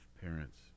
parents